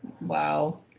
wow